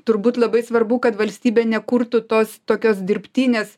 turbūt labai svarbu kad valstybė nekurtų tos tokios dirbtinės